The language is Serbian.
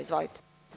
Izvolite.